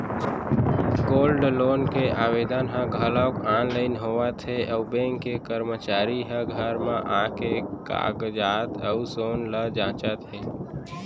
gold loan के आवेदन ह घलौक आनलाइन होत हे अउ बेंक के करमचारी ह घर म आके कागजात अउ सोन ल जांचत हे